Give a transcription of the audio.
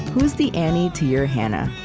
who's the annie to your hannah?